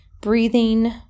Breathing